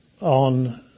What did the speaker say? on